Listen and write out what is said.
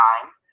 time